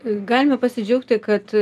galime pasidžiaugti kad